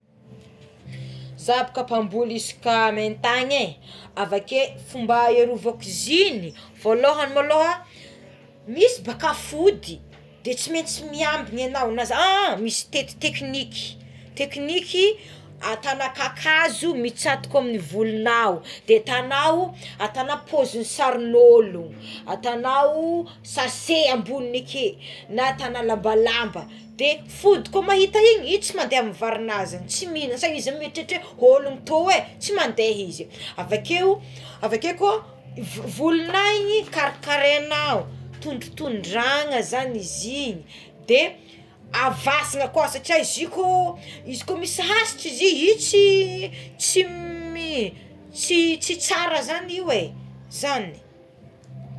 Za ko mpamboly isaky maintany é avakeo fomba iarovako izy igny voalohany maloha misy baka fody de tsy maintsy miambigna egnao an misy tekitekniky tekniky atagnao kakazo mitsatoka amign'ny volinao de ataona ataona pozin'ny sarin'olo ataonao sase amboniny ake na ataonao lavalava de fody koa mahita igny io tsy mandeha amy varignao samy izy mieritreritre olo tô é tsy mandeha izy avake avake volonao igny karakarainao tondrotodrohana zany izy igny de avasina koa satria izy ko misy hasitry izy igny io tsy tsy mi- tsy tsara zany io é zany.